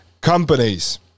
companies